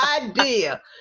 idea